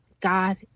God